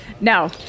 no